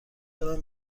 دارم